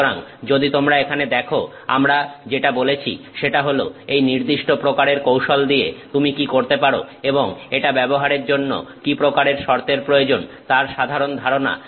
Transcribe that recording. সুতরাং যদি তোমরা এখানে দেখো আমরা যেটা বলেছি সেটা হল এই নির্দিষ্ট প্রকারের কৌশল দিয়ে তুমি কি করতে পারো এবং এটা ব্যবহারের জন্য কি প্রকারের শর্তের প্রয়োজন তার সাধারণ ধারণা